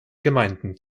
gemeinden